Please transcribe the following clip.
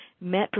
met